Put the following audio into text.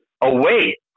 away